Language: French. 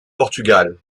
portugal